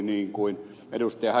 hänninen sanoi